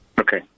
Okay